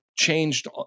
changed